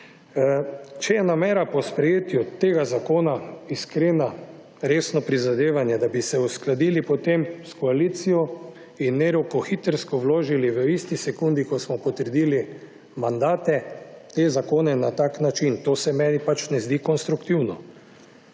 če je namera po sprejetju tega zakona iskrena, resno prizadevanje, da bi se uskladili potem s koalicijo in ne rokohitrsko vložili v isti sekundi, ko smo potrdili mandate, te zakone na tak način, to se meni pač ne zdi konstruktivno.